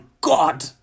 God